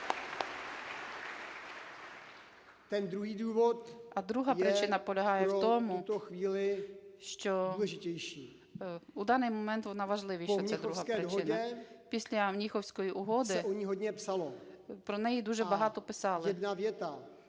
А друга причина полягає в тому, що в даний момент вона важливіша ця друга причина. Після міховської угоди, про неї дуже багато писали.